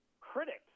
critics